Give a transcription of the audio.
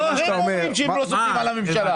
לא, הם אומרים שהם לא סומכים על הממשלה.